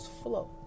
flow